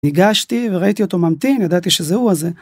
ניגשתי וראיתי אותו ממתין, ידעתי שזה הוא אז...